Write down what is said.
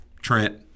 Trent –